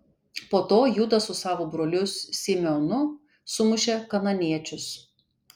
po to judas su savo broliu simeonu sumušė kanaaniečius